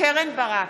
קרן ברק,